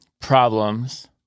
problems